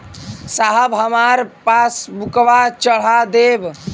साहब हमार पासबुकवा चढ़ा देब?